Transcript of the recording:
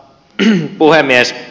arvoisa puhemies